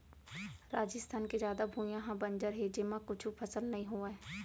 राजिस्थान के जादा भुइयां ह बंजर हे जेमा कुछु फसल नइ होवय